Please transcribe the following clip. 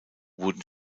wurden